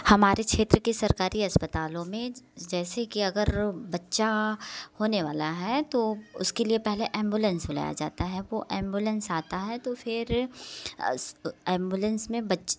हमारे क्षेत्र के सरकारी अस्पतालों में जैसे कि अगर बच्चा होने वाला है तो उसके लिए पहले एम्बुलेंस बुलाया जाता है वो एम्बुलेंस आता तो फिर एम्बुलेंस में बच